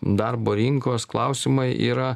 darbo rinkos klausimai yra